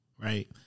right